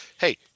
Hey